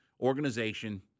organization